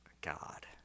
God